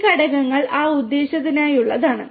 ഈ ഘടകങ്ങൾ ആ ഉദ്ദേശ്യത്തിനായുള്ളതാണ്